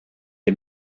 est